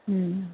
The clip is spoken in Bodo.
उम